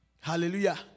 Hallelujah